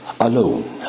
alone